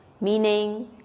meaning